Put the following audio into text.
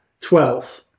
Twelve